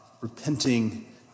repenting